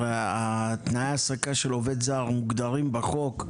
הרי תנאי ההעסקה של עובד זר מוגדרים בחוק,